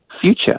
future